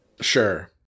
sure